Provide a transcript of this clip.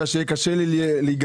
אתה יודע שיהיה קשה לי להיגמל,